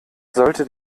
sollte